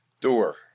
Door